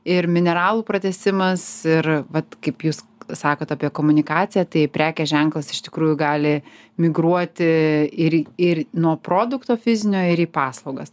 ir mineral pratęsimas ir vat kaip jūs sakot apie komunikaciją tai prekės ženklas iš tikrųjų gali migruoti ir ir nuo produkto fizinio ir į paslaugas